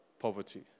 poverty